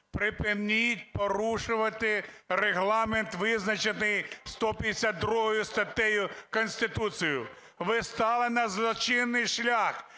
Припиніть порушувати Регламент, визначений 152 статтею Конституції. Ви стали на злочинний шлях.